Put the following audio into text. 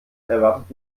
erwartet